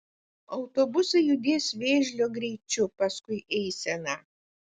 autobusai judės vėžlio greičiu paskui eiseną